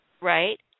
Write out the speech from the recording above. Right